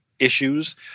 Issues